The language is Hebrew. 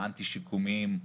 האנטי שיקומיים,